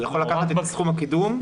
הוא יכול לקחת את סכום הקידום.